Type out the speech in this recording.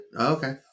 Okay